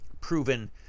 proven